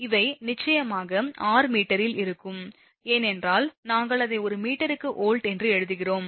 இவை நிச்சயமாக r மீட்டரில் இருக்கும் ஏனென்றால் நாங்கள் அதை ஒரு மீட்டருக்கு வோல்ட் என்று எழுதுகிறோம்